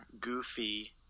goofy